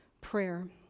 Prayer